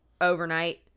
overnight